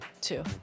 two